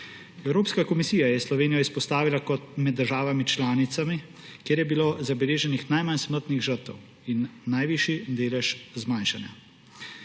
Evropska komisija je Slovenijo izpostavila kot državo med državami članicami, kjer je bilo zabeleženih najmanj smrtnih žrtev in najvišji delež zmanjšanja.